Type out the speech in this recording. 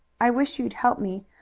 i wish you'd help me,